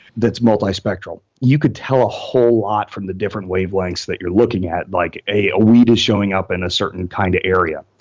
that's multispectral. you could tell a whole lot from the different wavelengths that you're looking at, like a a weed is showing up in a certain kind of area.